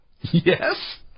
Yes